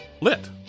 lit